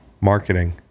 Marketing